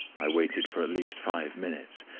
i waited for at least five minutes,